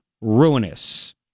Ruinous